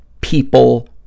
people